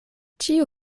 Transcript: ĉiu